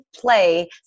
play